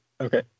Okay